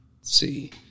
see